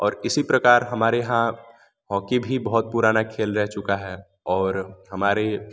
और इसी प्रकार हमारे यहाँ हॉकी भी बहुत पुराना खेल रह चुका है और हमारे